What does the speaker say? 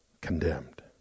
condemned